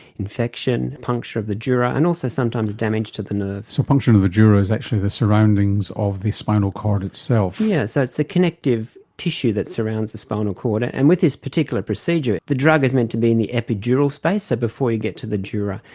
infection, puncture of the dura, and also sometimes damage to the nerve. so puncture of the dura is actually the surroundings of the spinal cord itself. yes, so it's the connective tissue that surrounds the spinal cord, and and with this particular procedure the drug is meant to be in the epidural space, so before you get to the dura,